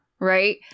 Right